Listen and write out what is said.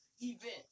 event